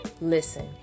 Listen